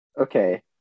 okay